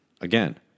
Again